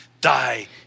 Die